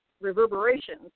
reverberations